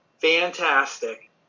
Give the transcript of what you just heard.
fantastic